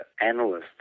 analysts